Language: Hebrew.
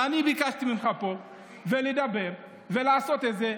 אני ביקשתי ממך פה לדבר ולעשות את זה.